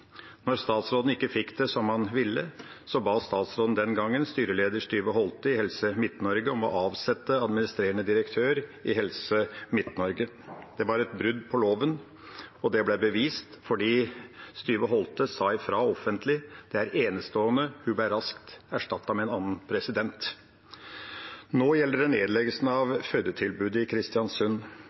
Når statsråden ikke fikk det som han ville, ba statsråden den gang styreleder Styve Holte i Helse Midt-Norge om å avsette administrerende direktør i Helse Midt-Norge. Det var et brudd på loven, og det ble bevist fordi Styve Holte sa fra offentlig. Det er enestående. Hun ble raskt erstattet med en annen. Nå gjelder det nedleggelsen av fødetilbudet i Kristiansund.